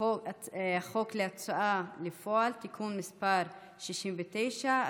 חוק ההוצאה לפועל (תיקון מס' 69),